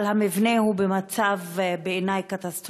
אבל המבנה הוא בעיני במצב קטסטרופלי.